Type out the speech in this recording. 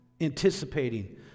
anticipating